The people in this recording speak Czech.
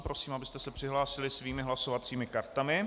Prosím, abyste se přihlásili svými hlasovacími kartami.